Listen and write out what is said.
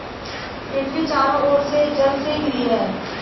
पृथ्वी चारों ओर से जल से घिरी है